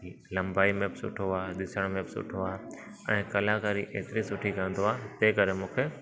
लंबाई में बि सुठो आहे ॾिसण में बि सुठो आहे ऐं कलाकारी एतिरी सुठी कंदो आहे तंहिं करे मूंखे